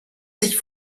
sich